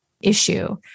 issue